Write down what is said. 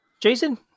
Jason